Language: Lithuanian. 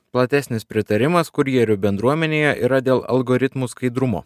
platesnis pritarimas kurjerių bendruomenėje yra dėl algoritmų skaidrumo